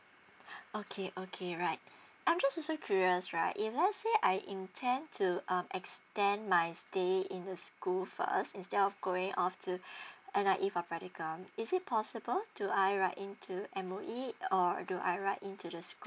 okay okay right I'm just also curious right if let say I intend to um extend my stay in the school for us instead of going off to and I if uh practical is it possible do I write in to M_O_E or do I write in to the school